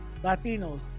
Latinos